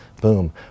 boom